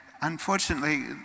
Unfortunately